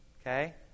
Okay